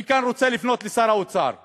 אני כאן רוצה לפנות לשר האוצר כחלון.